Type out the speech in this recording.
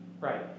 Right